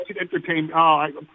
entertainment